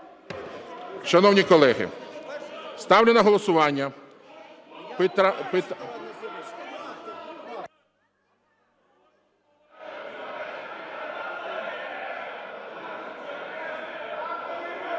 Шановні колеги, ставлю на голосування…